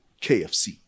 KFC